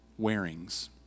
wearings